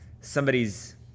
somebody's